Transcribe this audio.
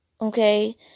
okay